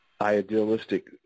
idealistic